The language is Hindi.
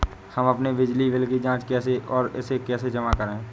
हम अपने बिजली बिल की जाँच कैसे और इसे कैसे जमा करें?